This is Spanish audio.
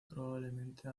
probablemente